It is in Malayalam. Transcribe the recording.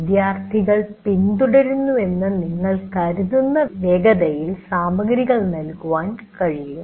വിദ്യാർത്ഥികൾ പിന്തുടരുന്നുവെന്ന് നിങ്ങൾ കരുതുന്ന വേഗതയിൽ സാമഗ്രികൾ നൽകുന്നതിന് കഴിയും